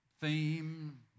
theme